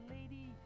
Lady